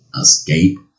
escape